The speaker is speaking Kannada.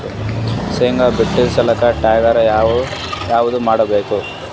ಶೇಂಗಾ ಬಿಡಸಲಕ್ಕ ಟ್ಟ್ರ್ಯಾಕ್ಟರ್ ಯಾವದ ಬೇಕು?